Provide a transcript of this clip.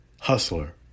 Hustler